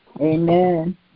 Amen